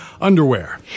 Underwear